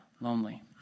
lonely